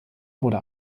wurde